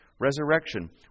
resurrection